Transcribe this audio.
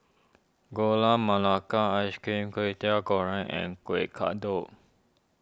Gula Melaka Ice Cream Kway Teow Goreng and Kueh Kodok